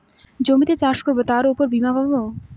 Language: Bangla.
জমিতে চাষ করবো তার উপর বীমা পাবো